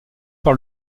par